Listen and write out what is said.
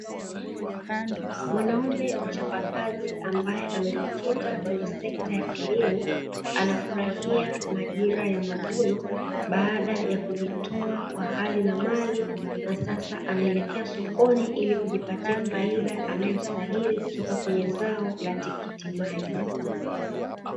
Mwanaume mchapaka kazi ambae amejikita kwenye sekta ya kilimo, anafurahia majira ya mavuno baada ya kujitoa kwa hali na mali, na sasa anaelekea sokoni ili kujipatia faida anayo stahili anayostahili kutoka kwenye zao la tikiti maji.